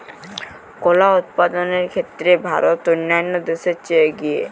কলা উৎপাদনের ক্ষেত্রে ভারত অন্যান্য দেশের চেয়ে এগিয়ে